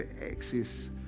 access